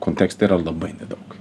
kontekste yra labai nedaug